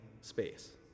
space